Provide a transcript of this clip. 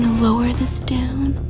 lower this down.